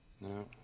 No